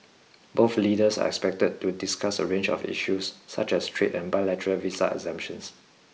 both leaders are expected to discuss a range of issues such as trade and bilateral visa exemptions